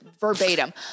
verbatim